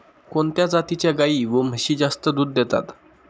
कोणत्या जातीच्या गाई व म्हशी जास्त दूध देतात?